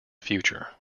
future